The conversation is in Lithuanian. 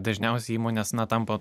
dažniausiai įmonės na tampa